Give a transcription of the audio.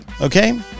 okay